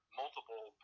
multiple